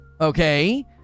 Okay